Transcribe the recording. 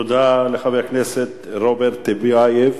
תודה לחבר הכנסת רוברט טיבייב.